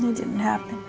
didn't happen.